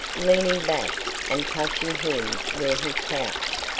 leaning back and touching him where he crouched,